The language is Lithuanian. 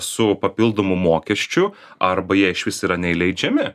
su papildomu mokesčiu arba jie išvis yra neįleidžiami